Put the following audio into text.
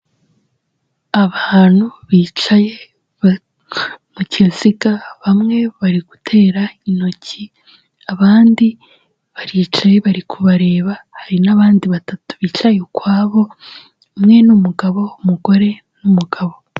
Abantu bicaye mu kiziga, bamwe bari gutera intoki, abandi baricaye bari kubareba, hari n'abandi batatu bicaye ukwabo, umwe ni umugabo, umugore n'umugabo.